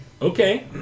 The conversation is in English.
Okay